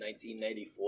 1994